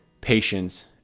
patience